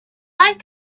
like